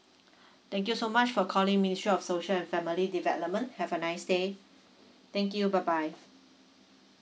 thank you so much for calling ministry of social and family development have a nice day thank you bye bye